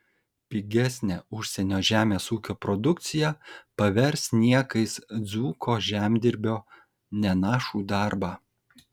pigesnė užsienio žemės ūkio produkcija pavers niekais dzūko žemdirbio nenašų darbą